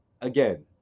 again